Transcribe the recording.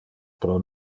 pro